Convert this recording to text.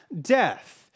death